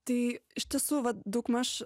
tai iš tiesų daugmaž